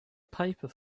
paper